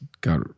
got